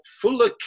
Fuller